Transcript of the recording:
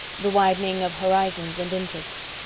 the widening of horizons and interests.